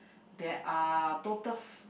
there are total f~